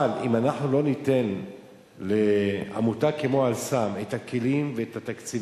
אבל אם לא ניתן לעמותה כמו "אל סם" את הכלים והתקציבים